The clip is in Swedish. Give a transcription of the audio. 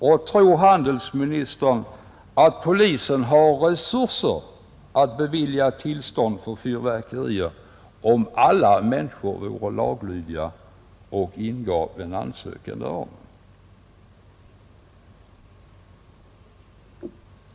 Och tror handelsministern att polisen har resurser att bevilja tillstånd för fyrverkeri, om alla människor vore laglydiga och ingav ansökan därom?